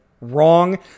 wrong